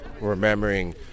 remembering